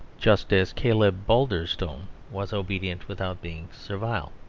just as caleb balderstone was obedient without being servile.